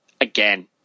again